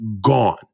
gone